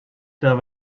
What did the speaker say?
there